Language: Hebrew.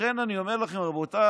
לכן אני אומר לכם: רבותיי,